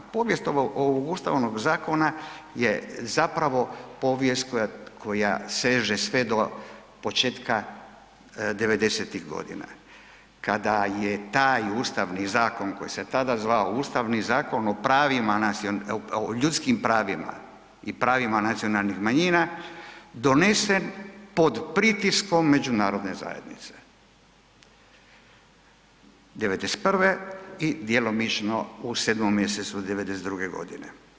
Povijest ovog Ustavnog zakona je zapravo povijest koja seže sve do početka 90-ih kada je taj Ustavni zakon koji se tada zvao Ustavni zakon o ljudskim pravima i pravima nacionalnih manjina, donesen pod pritiskom međunarodne zajednice, '91. i djelomično u 7. mj. '92. godine.